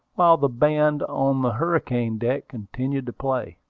while the band on the hurricane-deck continued to play.